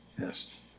yes